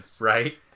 right